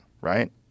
right